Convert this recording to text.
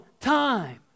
time